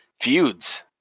feuds